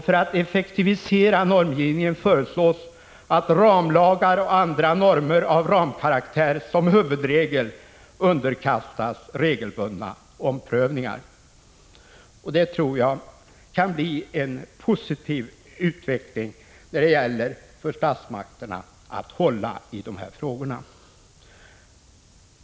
För att effektivisera normgivningen föreslås att ramlagar och andra normer av ramkaraktär, som huvudregel underkastas regelbundna omprövningar. Jag tror att det kan leda till en positiv utveckling när det gäller statsmakternas sätt att hantera dessa frågor.